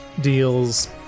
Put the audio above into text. deals